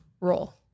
role